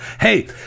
Hey